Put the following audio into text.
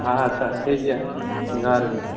ᱟᱪᱪᱷᱟ ᱴᱷᱤᱠ ᱜᱮᱭᱟ ᱡᱚᱦᱟᱨ ᱜᱮ